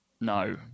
No